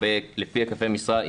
שם נאמר "לפי היקפי משרה".